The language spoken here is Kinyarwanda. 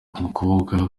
umukobwa